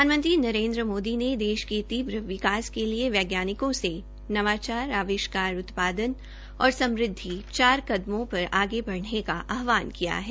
प्रधानमंत्री नरेन्द्र मोदी ने देश के तीव्र विकास के लिए वैज्ञानिकों से नवाचार आविष्कार उत्पादन और समृदवि जैसे चार कदमों पर आगे बढ़ेन का आहवान किया है